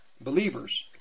believers